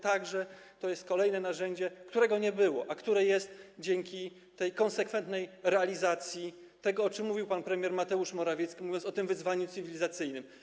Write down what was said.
To jest kolejne narzędzie, którego nie było, a które jest dzięki konsekwentnej realizacji tego, o czym mówił pan premier Mateusz Morawiecki, mówiąc o wyzwaniu cywilizacyjnym.